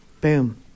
boom